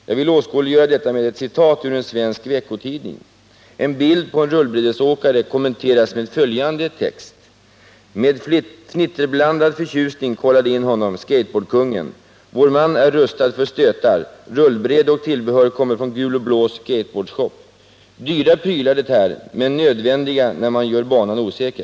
Jag vill åskådliggöra detta med ett citat ur en svensk veckotidning. En bild på en rullbrädesåkare kommenteras med följande text: ”Med fnitterblandad förtjusning kollar de in honom, skateboardkungen ... Vår man är rustad för stötar, rullbräde och tillbehör kommer från Gul och Blås skateboardshop. Dyra prylar det här men nödvändiga när man ska göra banan osäker .